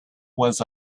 was